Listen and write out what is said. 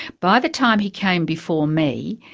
by the time he came before me,